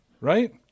right